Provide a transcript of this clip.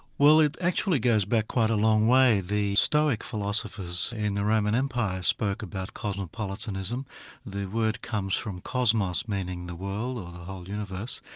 well it actually goes back quite a long way. the stoic philosophers in the roman empire spoke about cosmopolitanism the word comes from cosmos, meaning the world, or the whole universe,